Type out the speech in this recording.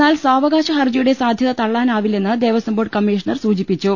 എന്നാൽ സാവകാശ ഹർജിയുടെ സാധ്യത തള്ളാനാവി ല്ലെന്ന് ദേവസ്വം ബോർഡ് കമ്മീഷണർ സൂചിപ്പിച്ചു